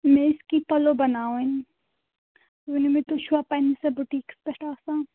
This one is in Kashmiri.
مےٚ ٲسۍ کیٚنٛہہ پَلو بَناوٕنۍ ؤنِو مےٚ تُہۍ چھُوا پنٕنِس اَتھ بُٹیٖکَس پٮ۪ٹھ آسان